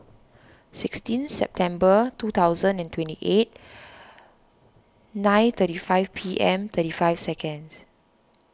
sixteen September two thousand and twenty eight nine thirty five P M thirty five seconds